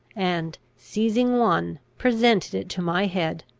and, seizing one, presented it to my head.